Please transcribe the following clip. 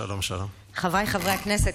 חבריי חברי הכנסת,